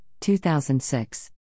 2006